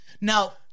Now